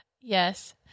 Yes